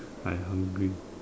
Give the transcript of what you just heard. I hungry